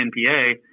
NPA